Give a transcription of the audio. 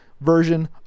version